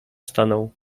stanął